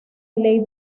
ley